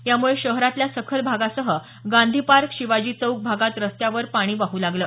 यामुळे शहरातल्या सखल भागासह गांधी पार्क शिवाजी चौक भागात रस्त्यावर पाणी वाहू लागलं